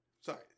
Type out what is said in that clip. sorry